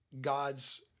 God's